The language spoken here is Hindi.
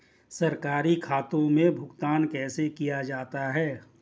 सरकारी खातों में भुगतान कैसे किया जाता है?